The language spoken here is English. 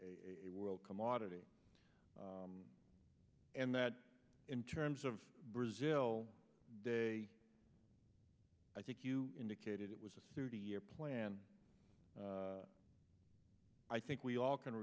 a world commodity and that in terms of brazil day i think you indicated it was a thirty year plan i think we all